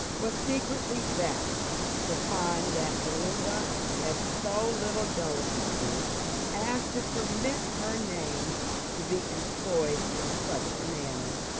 was secretly vexed to find that belinda had so little delicacy as to permit her name to be employed in such a manner.